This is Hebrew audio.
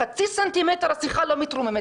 חצי סנטימטר השילה לא מתרוממת,